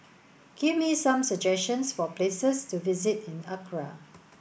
give me some suggestions for places to visit in Accra